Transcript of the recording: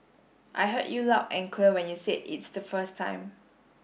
I heard you loud and clear when you said it's the first time